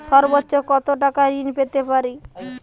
সর্বোচ্চ কত টাকা ঋণ পেতে পারি?